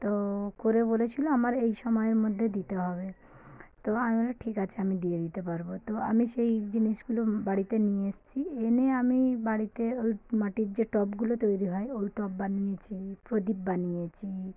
তো করে বলেছিল আমার এই সময়ের মধ্যে দিতে হবে তো আমি ঠিক আছে আমি দিয়ে দিতে পারব তো আমি সেই জিনিসগুলো বাড়িতে নিয়ে এসেছি এনে আমি বাড়িতে ওই মাটির যে টবগুলো তৈরি হয় ওই টব বানিয়েছি প্রদীপ বানিয়েছি